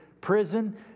prison